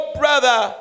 brother